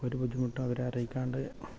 ഒരു ബുദ്ധിമുട്ടും അവരെ അറിയിക്കാണ്ട്